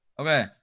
Okay